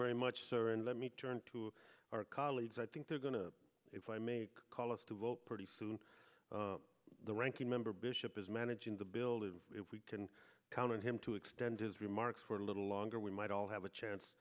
very much sir and let me turn to our colleagues i think they're going to if i may call us to vote pretty soon the ranking member bishop is managing the building if we can count on him to extend his remarks for a little longer we might all have a chance